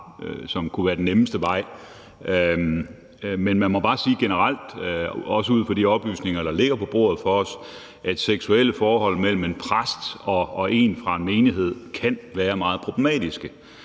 som kunne være den nemmeste vej. Men man må bare sige generelt og også ud fra de oplysninger, der ligger på bordet, at et seksuelt forhold mellem en præst og en fra en menighed kan være meget problematisk,